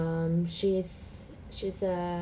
um she's she's a